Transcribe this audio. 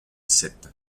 sept